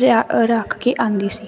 ਰਿ ਰੱਖ ਕੇ ਆਉਂਦੀ ਸੀ